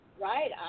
right